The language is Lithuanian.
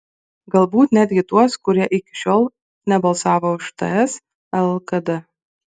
galbūt netgi tuos kurie iki šiol nebalsavo už ts lkd